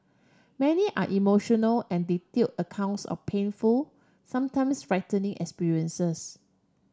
many are emotional and detailed accounts of painful sometimes frightening experiences